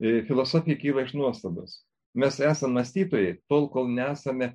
e filosofija kyla iš nuostabos mes esam mąstytojai tol kol nesame